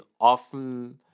Often